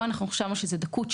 פה חשבנו שזאת דקות,